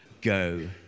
go